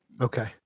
Okay